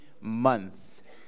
Month